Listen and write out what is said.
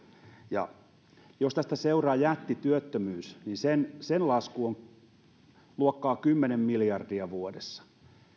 ja jos tästä seuraa jättityöttömyys niin sen lasku on luokkaa kymmenen miljardia vuodessa